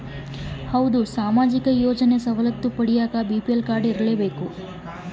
ಸಾಮಾಜಿಕ ಯೋಜನೆ ಸವಲತ್ತು ಪಡಿಯಾಕ ಬಿ.ಪಿ.ಎಲ್ ಕಾಡ್೯ ಇರಬೇಕಾ?